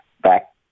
back